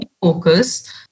focus